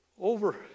over